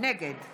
נגד